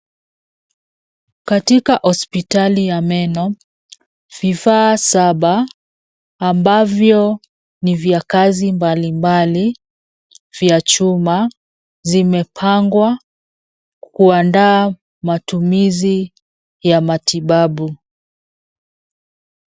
katika hospitali ya meno vifaa saba ambavyo ni vya kazi mbali mbali vya chuma zimepangwa kuandaa matumizi ya matibabu